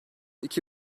iki